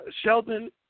Sheldon